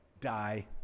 die